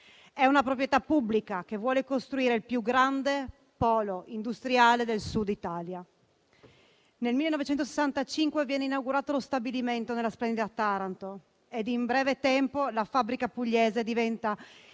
È una proprietà pubblica che vuole costruire il più grande polo industriale del Sud Italia. Nel 1965 viene inaugurato lo stabilimento nella splendida Taranto e, in breve tempo, la fabbrica pugliese diventa